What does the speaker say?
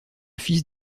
fils